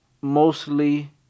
mostly